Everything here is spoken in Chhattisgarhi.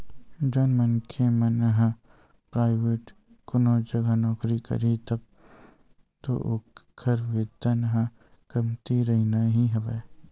जउन मनखे मन ह पराइवेंट कोनो जघा नौकरी करही तब तो ओखर वेतन ह कमती रहिना ही हवय